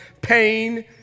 Pain